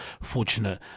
fortunate